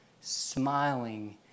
smiling